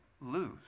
lose